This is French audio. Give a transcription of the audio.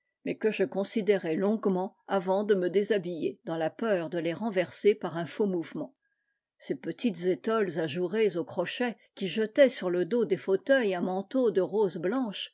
mais que je considérais longuement avant de me déshabiller dans la peur de les renverser par un faux mouvement ces petites étoles ajourées au crochet qui jetaient sur le dos des fauteuils un manteau de roses blanches